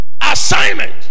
Assignment